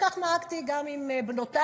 כך נהגתי גם עם בנותיי,